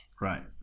Right